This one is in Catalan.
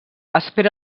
espera